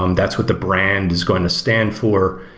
um that's what the brand is going to stand for,